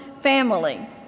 family